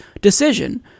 decision